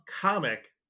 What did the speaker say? comic